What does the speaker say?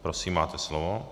Prosím, máte slovo.